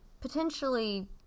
potentially